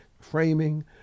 framing